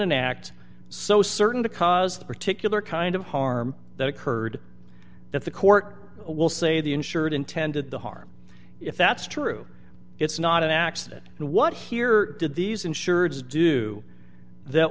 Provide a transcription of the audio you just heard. an act so certain to cause the particular kind of harm that occurred that the court will say the insured intended the harm if that's true it's not an accident and what here did these insureds do that